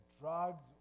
drugs